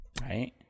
Right